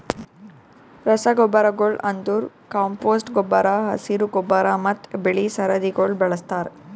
ರಸಗೊಬ್ಬರಗೊಳ್ ಅಂದುರ್ ಕಾಂಪೋಸ್ಟ್ ಗೊಬ್ಬರ, ಹಸಿರು ಗೊಬ್ಬರ ಮತ್ತ್ ಬೆಳಿ ಸರದಿಗೊಳ್ ಬಳಸ್ತಾರ್